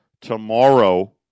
tomorrow